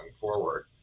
forward